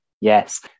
yes